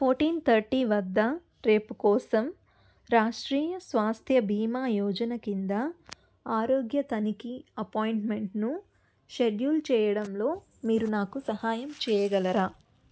fourteen thirty వద్ద రేపు కోసం రాష్ట్రీయ స్వాస్థ్య భీమా యోజన కింద ఆరోగ్య తనిఖీ అపాయింట్మెంట్ను షెడ్యూల్ చేయడంలో మీరు నాకు సహాయం చేయగలరా